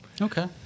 Okay